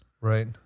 Right